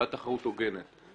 הוא בעד תחרות הוגנת.